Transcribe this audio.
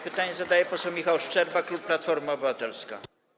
Pytanie zadaje poseł Michał Szczerba, klub Platforma Obywatelska.